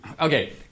okay